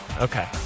Okay